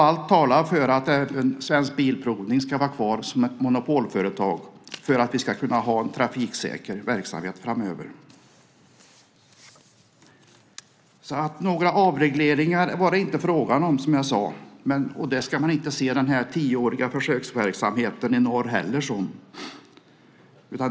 Allt talar för att även Svensk Bilprovning ska vara kvar som ett monopolföretag för att vi ska kunna ha en trafiksäker verksamhet framöver. Några avregleringar var det inte fråga om, som jag sade, och så ska man inte se den tioåriga försöksverksamheten heller.